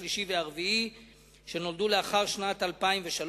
השלישי והרביעי שנולדו לאחר שנת 2003,